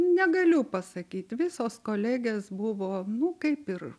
negaliu pasakyt visos kolegės buvo nu kaip ir